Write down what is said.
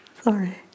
Sorry